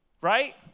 Right